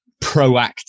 proactive